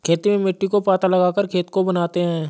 खेती में मिट्टी को पाथा लगाकर खेत को बनाते हैं?